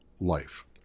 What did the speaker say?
life